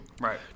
Right